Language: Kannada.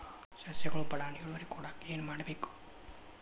ಸಸ್ಯಗಳು ಬಡಾನ್ ಇಳುವರಿ ಕೊಡಾಕ್ ಏನು ಮಾಡ್ಬೇಕ್?